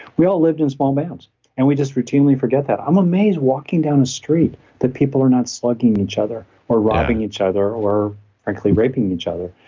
we all lived in small bands and we just routinely forget that i'm amazed walking down a street that people are not slugging each other or robbing each other or frankly raping each other